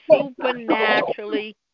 supernaturally